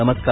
नमस्कार